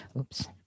Oops